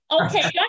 Okay